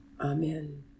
Amen